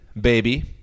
Baby